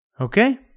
Okay